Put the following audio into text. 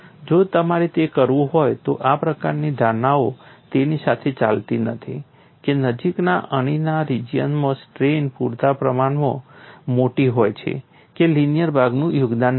જો તમારે તે કરવું હોય તો આ પ્રકારની ધારણાઓ તેની સાથે ચાલતી નથી કે નજીકના અણીના રિજિયનમાં સ્ટ્રેઇન પૂરતા પ્રમાણમાં મોટી હોય છે કે લિનિયર ભાગનું યોગદાન નાનું છે